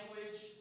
language